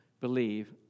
believe